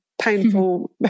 painful